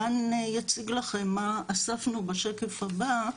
דן יציג לכם מה אספנו, בשקף הבא,